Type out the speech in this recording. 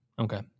Okay